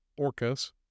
orcas